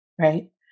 Right